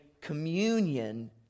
communion